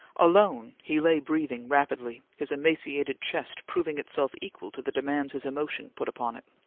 alone, he lay breathing rapidly, his emaciated chest proving itself equal to the demands his emotion put upon it.